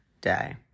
day